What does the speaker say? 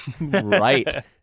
Right